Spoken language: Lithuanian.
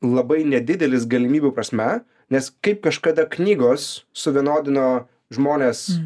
labai nedidelis galimybių prasme nes kaip kažkada knygos suvienodino žmones